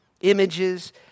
images